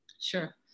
Sure